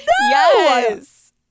Yes